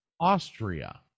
austria